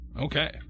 Okay